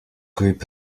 group